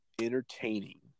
entertaining